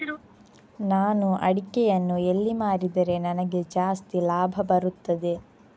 ನಾನು ಅಡಿಕೆಯನ್ನು ಎಲ್ಲಿ ಮಾರಿದರೆ ನನಗೆ ಜಾಸ್ತಿ ಲಾಭ ಬರುತ್ತದೆ?